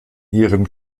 ihren